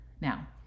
Now